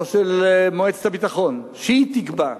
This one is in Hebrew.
או של מועצת הביטחון, שהיא תקבע,